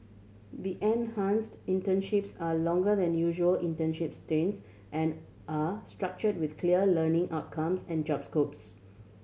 the enhanced internships are longer than usual internship stints and are structured with clear learning outcomes and job scopes